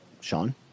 Sean